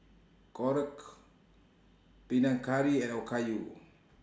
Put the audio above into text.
Korokke Panang Curry and Okayu